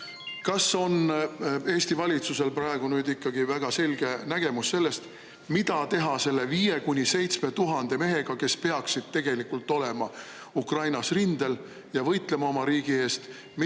kas on Eesti valitsusel praegu nüüd ikkagi väga selge nägemus sellest, mida teha selle viie kuni seitsme tuhande mehega, kes peaksid tegelikult olema Ukrainas rindel ja võitlema oma riigi eest,